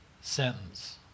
sentence